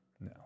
No